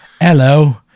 Hello